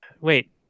Wait